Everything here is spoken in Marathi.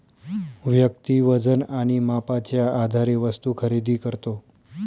व्यक्ती वजन आणि मापाच्या आधारे वस्तू खरेदी करतो